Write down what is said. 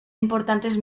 importantes